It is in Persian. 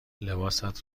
لباست